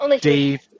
Dave